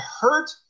hurt